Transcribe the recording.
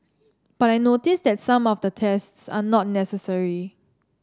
but I notice that some of the tests are not necessary